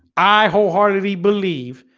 i wholeheartedly believe